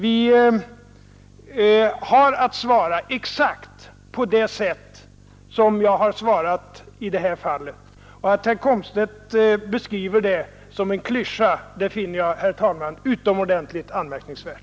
Vi har att svara exakt på det sätt som jag har svarat i detta fall. Att herr Komstedt beskrivit detta som en klyscha finner jag, herr talman, utomordentligt anmärkningsvärt.